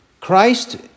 Christ